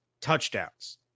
touchdowns